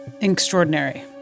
extraordinary